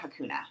Hakuna